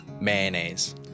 Mayonnaise